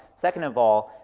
second of all,